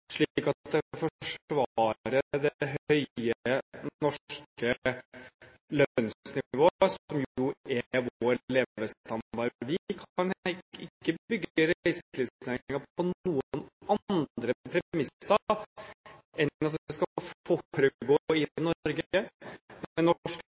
slik at det forsvarer det høye norske lønnsnivået, som jo er vår levestandard. Vi kan ikke bygge reiselivsnæringen på noen andre premisser enn at det skal